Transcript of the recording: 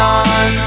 on